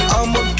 I'ma